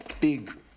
big